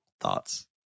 thoughts